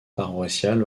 paroissiale